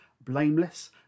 blameless